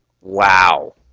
Wow